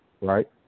right